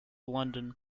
london